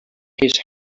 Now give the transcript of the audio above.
his